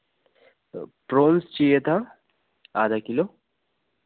तो प्रोन्स चाहिए था आधा किलो